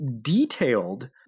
detailed –